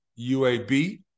UAB